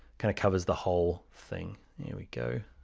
kind of covers the whole thing, here we go.